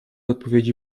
odpowiedzi